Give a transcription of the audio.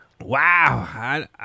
Wow